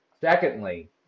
Secondly